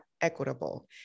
equitable